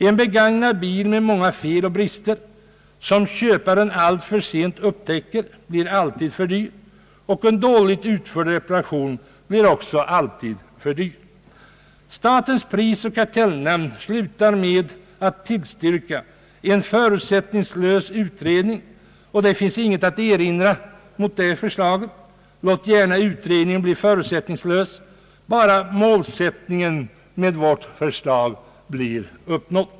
En begagnad bil med många fel och brister, som köparen alltför sent upptäcker, blir alltid för dyr och en dåligt utförd reparation blir också alltid för dyr. Statens prisoch kartellnämnd slutar med att tillstyrka en förutsättningslös utredning, och det finns inget att erinra mot detta förslag. Låt gärna utredningen vara förutsättningslös, bara målsättningen i vårt förslag blir uppnådd.